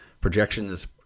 projections